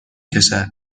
کشد